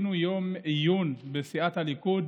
עשינו יום עיון בסיעת הליכוד